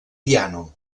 piano